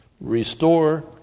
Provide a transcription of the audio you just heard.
restore